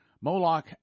Moloch